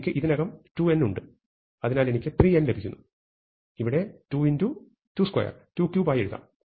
എനിക്ക് ഇതിനകം 2n ഉണ്ട് അതിനാൽ എനിക്ക് 3n ലഭിക്കുന്നു ഇവിടെ 2 x 22 23 ആയി എഴുതാം